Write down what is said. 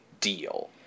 deal